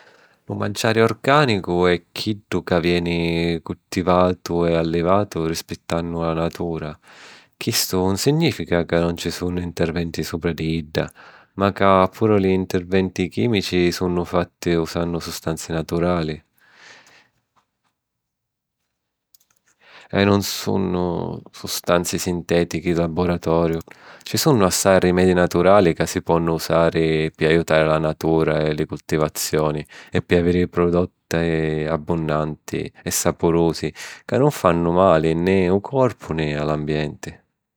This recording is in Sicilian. Lu manciari orgànicu è chiddu ca veni culltivatu e allivatu rispittannu la natura. Chistu nun signìfica ca nun ci sunnu nterventi supra di idda, ma ca puru li nterventi chìmici sunnu fatti usannu sustanzi naturali, e nun sunnu sustanzi sintètichi di laburatoriu. Ci sunnu assai rimedi naturali ca si ponnu usari pi aiutari la natura e li cultivazioni, e pi aviri produtti abbunnanti e sapurusi ca nun fannu mali ne ô corpu ne a l'ambienti.